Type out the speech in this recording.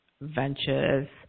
ventures